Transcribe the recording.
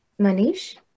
Manish